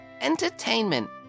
entertainment